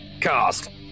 Cast